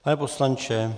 Pane poslanče!